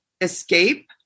escape